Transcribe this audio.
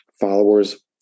followers